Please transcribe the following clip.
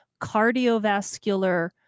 cardiovascular